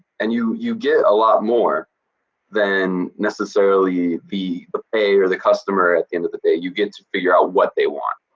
and you, you get a lot more than necessarily the the pay or the customer at the end of the day. you get to figure out what they want,